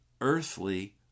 earthly